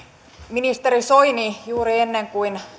ministeri soini juuri ennen kuin